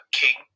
king